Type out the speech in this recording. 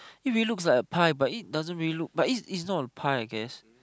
if it looks like a pie but it doesn't really look but it's it's not a pie I guess